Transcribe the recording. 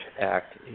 Act